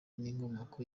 n’inkomoko